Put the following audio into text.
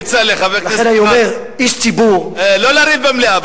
כצל'ה, חבר הכנסת כץ, לא לריב במליאה.